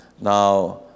Now